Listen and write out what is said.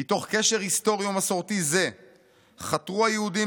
"מתוך קשר היסטורי ומסורתי זה חתרו היהודים